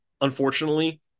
unfortunately